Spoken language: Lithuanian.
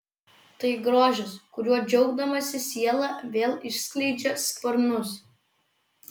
tai grožis kuriuo džiaugdamasi siela vėl išskleidžia sparnus